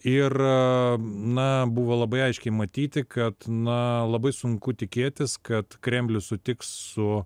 ir na buvo labai aiškiai matyti kad na labai sunku tikėtis kad kremlius sutiks su